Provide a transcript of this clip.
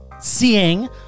seeing